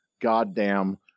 goddamn